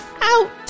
out